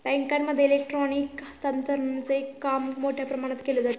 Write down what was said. बँकांमध्ये इलेक्ट्रॉनिक हस्तांतरणचे काम मोठ्या प्रमाणात केले जाते